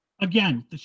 Again